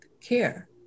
care